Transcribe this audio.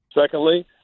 Secondly